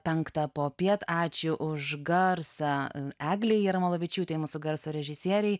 penktą popiet ačiū už garsą eglei jarmalavičiūtei mūsų garso režisierei